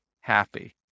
happy